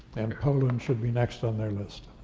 and poland should be next on their list.